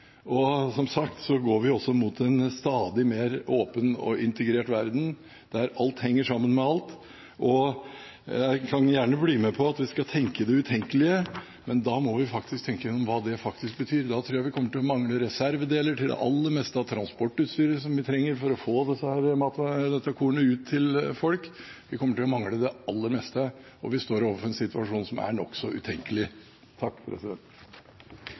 og som sagt går vi mot en stadig mer åpen og integrert verden, der alt henger sammen med alt. Jeg kan gjerne være med på at vi skal tenke det utenkelige, men da må vi tenke gjennom hva det faktisk betyr. Da tror jeg vi kommer vi til å mangle reservedeler til det aller meste av transportutstyret vi trenger for å få kornet ut til folk. Vi kommer til å mangle det aller meste, og vi står overfor en situasjon som er nokså utenkelig.